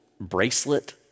bracelet